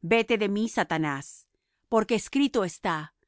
vete de mí satanás porque escrito está